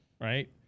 right